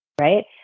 right